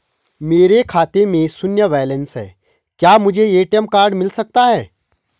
मेरे खाते में शून्य बैलेंस है क्या मुझे ए.टी.एम कार्ड मिल सकता है?